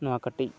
ᱱᱚᱣᱟ ᱠᱟᱹᱴᱤᱡ